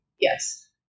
Yes